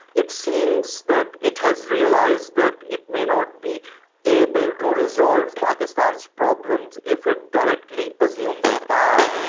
it seems that it has realised that it may not be able to resolve pakistan's problems if it directly assumes ah